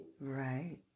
Right